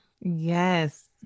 Yes